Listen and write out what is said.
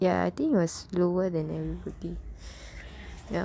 ya I think I was slower than everybody ya